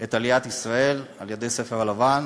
את עליית ישראל על-ידי הספר הלבן.